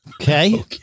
Okay